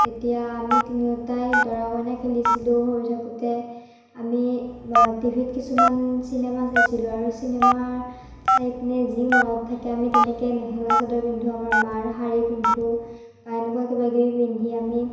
এতিয়া আমি তিনিওটাই দৰা কইনা খেলিছিলো সৰু থাকোঁতে আমি টিভিত কিছুমান চিনেমা চাইছিলো আৰু চিনেমা চাই পিনে যি মনত থাকে আমি তেনেকৈয়ে মেখেলা চাদৰ পিন্ধো আমাৰ মাৰ শাড়ী পিন্ধো বা এনেকুৱা কিবাকিবি পিন্ধি আমি